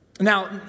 Now